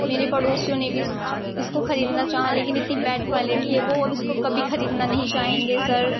میرے پڑوسیوں نے بھی اس کو اس کو خریدنا چاہا لیکن اتنی بیڈ کوالٹی ہے وہ اب اس کو کبھی خریدنا نہیں چاہیں گے سر